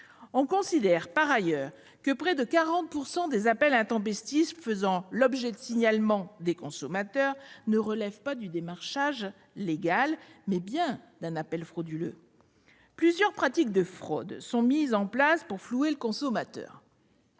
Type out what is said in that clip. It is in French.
On considère que près de 40 % des appels intempestifs faisant l'objet de signalements des consommateurs ne relèvent pas du démarchage légal, mais bien d'un appel frauduleux. Plusieurs pratiques de fraude sont mises en place pour flouer le consommateur.